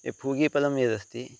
यत् फूगीपलं यदस्ति